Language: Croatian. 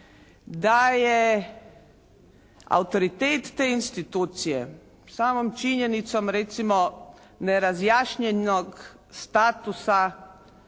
da je autoritet te institucije samom činjenicom recimo nerazjašnjenog statusa